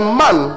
man